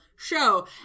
show